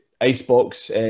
Icebox